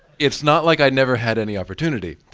it's not like i never had any opportunity.